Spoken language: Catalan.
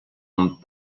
amb